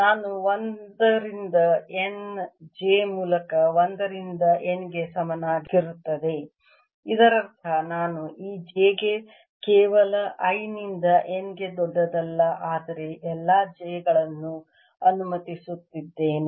ನಾನು 1 ರಿಂದ N j ಮೂಲಕ 1 ರಿಂದ N ಗೆ ಸಮನಾಗಿರುತ್ತದೆ ಇದರರ್ಥ ನಾನು ಈಗ j ಗೆ ಕೇವಲ I ನಿಂದ N ಗೆ ದೊಡ್ಡದಲ್ಲ ಆದರೆ ಎಲ್ಲಾ j ಗಳನ್ನೂ ಅನುಮತಿಸುತ್ತಿದ್ದೇನೆ